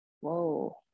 Whoa